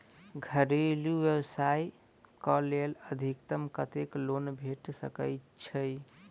घरेलू व्यवसाय कऽ लेल अधिकतम कत्तेक लोन भेट सकय छई?